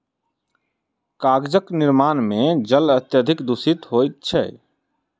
कागजक निर्माण मे जल अत्यधिक दुषित होइत छै